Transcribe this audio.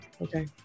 Okay